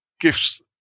gifts